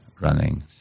running